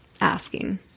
asking